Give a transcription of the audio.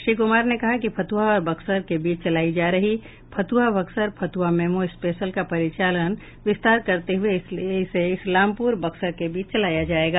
श्री कुमार ने कहा कि फतुहा और बक्सर के बीच चलायी जा रही फतुहा बक्सर फतुहा मेमू स्पेशल का परिचालन विस्तार करते हुए इसे इस्लामपुर और बक्सर के बीच चलाया जायेगा